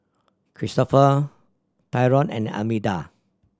Cristofer Tyrone and Almeta